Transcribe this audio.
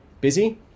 busy